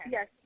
Yes